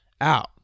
out